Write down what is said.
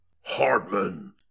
Hardman